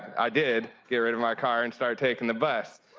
i did get rid of my car. and start taking the bus.